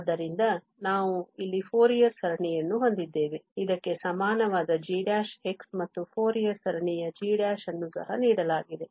ಆದ್ದರಿಂದ ನಾವು ಇಲ್ಲಿ ಫೋರಿಯರ್ ಸರಣಿಯನ್ನು ಹೊಂದಿದ್ದೇವೆ ಇದಕ್ಕೆ ಸಮಾನವಾದ g ಮತ್ತು ಫೋರಿಯರ್ ಸರಣಿಯ g ಅನ್ನು ಸಹ ನೀಡಲಾಗಿದೆ